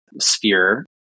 sphere